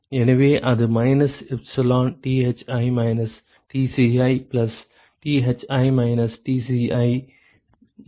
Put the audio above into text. எனவே அது minus epsilon Thi minus Tci plus Thi minus Tci minus ஆகும்